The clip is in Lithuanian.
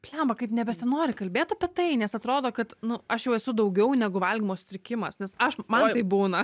blemba kaip nesinori kalbėt apie tai nes atrodo kad nu aš jau esu daugiau negu valgymo sutrikimas nes aš man taip būna